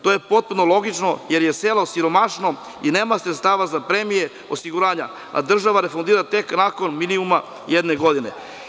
To je potpuno logično, jer je selo osiromašeno i nema sredstava za premije osiguranja, a država refundira tek nakon minimuma od jedne godine.